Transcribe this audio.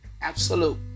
absolute